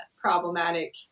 problematic